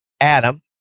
Adam